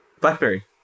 BlackBerry